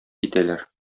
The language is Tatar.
китәләр